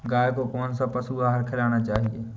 गाय को कौन सा पशु आहार खिलाना चाहिए?